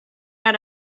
out